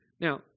Now